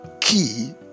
key